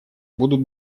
будут